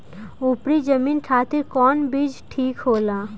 उपरी जमीन खातिर कौन बीज ठीक होला?